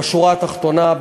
בשורה התחתונה,